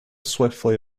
swiftly